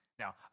Now